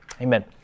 Amen